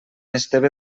esteve